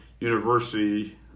University